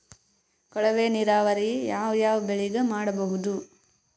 ಕೊಳವೆ ನೀರಾವರಿ ಯಾವ್ ಯಾವ್ ಬೆಳಿಗ ಮಾಡಬಹುದು?